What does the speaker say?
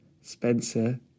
Spencer